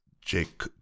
Jake